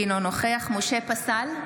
אינו נוכח משה פסל,